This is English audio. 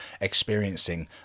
experiencing